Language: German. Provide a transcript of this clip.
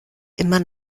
immer